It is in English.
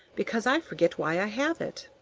because i forget why i have it!